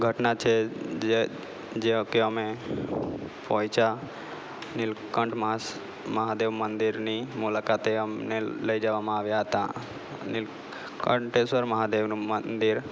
ધટના છે જે જેવા કે અમે પોઇચા નીલકંઠ માસ મહાદેવ મંદિરની મુલાકાતે અમને લઈ જવામાં આવ્યા હતા અને કંઠેશ્વર મહાદેવનું મંદિર